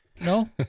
No